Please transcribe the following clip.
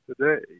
today